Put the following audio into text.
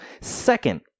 Second